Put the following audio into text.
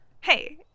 Hey